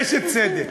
יש צדק.